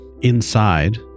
Inside